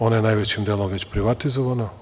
Ona je najvećim delom već privatizovana.